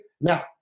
now